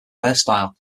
hairstyle